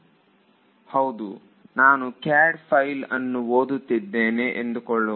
ವಿದ್ಯಾರ್ಥಿ ಅದರ ಪೋಸಿಶನ್ ಹೌದು ನಾನು CAD ಫೈಲ್ ಅನ್ನು ಓದುತ್ತಿದ್ದೇನೆ ಎಂದುಕೊಳ್ಳುವ